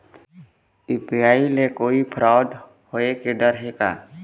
UPI ले कोई fraud होए के डर हे का?